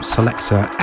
Selector